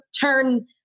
turn